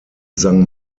sang